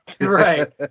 Right